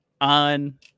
on